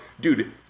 dude